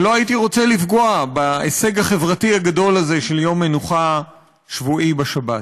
ולא הייתי רוצה לפגוע בהישג החברתי הגדול הזה של יום מנוחה שבועי בשבת.